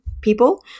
people